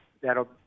that'll